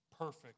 perfect